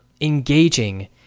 engaging